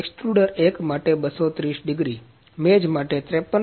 extruder 1 માટે 230 degree મેજ માટે 53